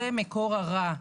זה מקור הרע,